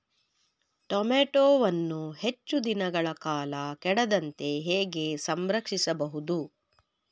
ಟೋಮ್ಯಾಟೋವನ್ನು ಹೆಚ್ಚು ದಿನಗಳ ಕಾಲ ಕೆಡದಂತೆ ಹೇಗೆ ಸಂರಕ್ಷಿಸಬಹುದು?